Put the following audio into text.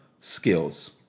Skills